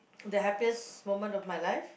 the happiest moment of my life